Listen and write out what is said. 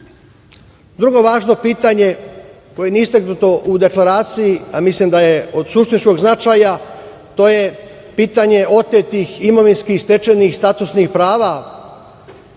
narod. Drugo važno pitanje koje nije istaknuto u deklaraciji, a mislim da je od suštinskog značaja, to je pitanje otetih imovinskih, stečenih statusnih prava